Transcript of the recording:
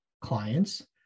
clients